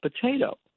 potato